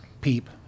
peep